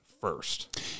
first